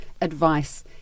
advice